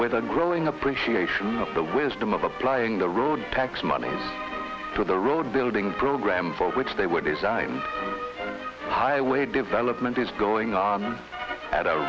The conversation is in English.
with a growing appreciation of the wisdom of applying the road tax money to the road building program for which they were designed highway development is going on at a